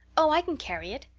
oh, i can carry it,